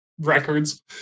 records